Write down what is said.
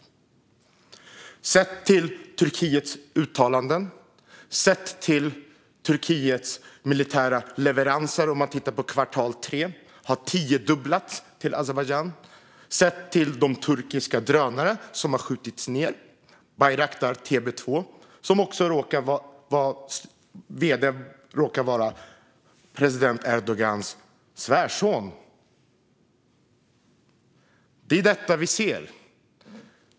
Man kan se på Turkiets uttalanden och dess militära leveranser under kvartal tre, som har tiodubblats till Azerbajdzjan. Man kan också se på de turkiska drönare som har skjutits ned. Det handlar om Bayraktar TB2. Vd:n för tillverkaren råkar vara president Erdogans svärson. Det är detta vi ser.